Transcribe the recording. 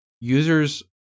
users